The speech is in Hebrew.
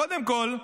קודם כול,